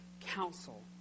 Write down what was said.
counsel